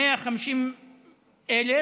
מ-150,000